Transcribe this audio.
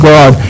God